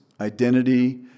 identity